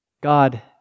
God